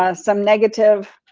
ah some negative,